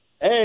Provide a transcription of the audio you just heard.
Hey